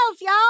y'all